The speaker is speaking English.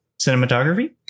cinematography